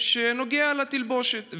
שנוגע לתלבושת.